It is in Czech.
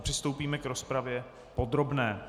Přistoupíme k rozpravě podrobné.